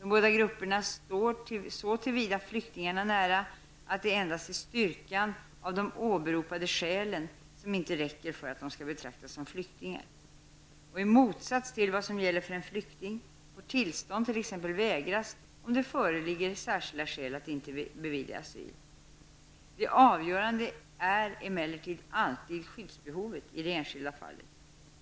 De båda grupperna står så till vida flyktingarna nära, att det endast är styrkan av de åberopade skälen som inte räcker för att de skall betraktas som flyktingar. I motsats till vad som gäller för en flykting får tillstånd t.ex. vägras om det föreligger särskilda skäl att inte bevilja asyl. Det avgörande är emellertid alltid skyddsbehovet i det enskilda fallet,